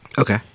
Okay